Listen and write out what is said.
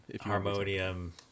Harmonium